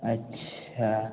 अच्छा